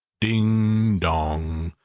ding, dong!